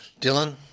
Dylan